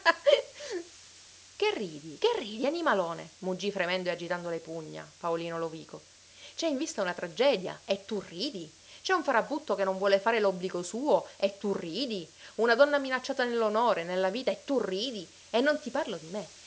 che ridi che ridi animalone muggì fremendo e agitando le pugna paolino lovico c'è in vista una tragedia e tu ridi c'è un farabutto che non vuol fare l'obbligo suo e tu ridi una donna ninacciata nell'onore nella vita e tu ridi e non ti parlo di me